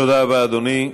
תודה רבה, אדוני.